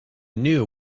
knew